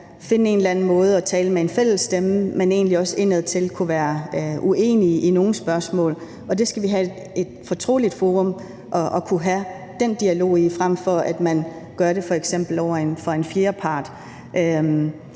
anden måde at tale med fælles stemme på, men egentlig også indadtil kunne være uenige i nogle spørgsmål. Vi skal have et fortroligt forum at kunne have den dialog i, frem for at man gør det f.eks. over for en fjerdepart.